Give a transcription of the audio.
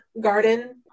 garden